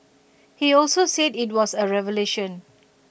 he also said IT was A revolution